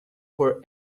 for